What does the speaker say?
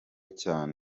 cyane